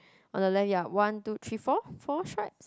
on the left ya one two three four four stripes